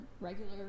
regular